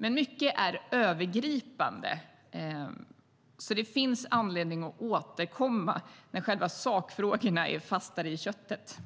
Men mycket är övergripande, och det finns alltså anledning att återkomma när sakfrågorna är lite fastare i köttet.